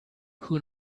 who